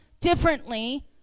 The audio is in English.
differently